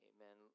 Amen